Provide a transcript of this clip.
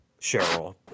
Cheryl